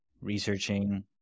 researching